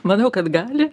manau kad gali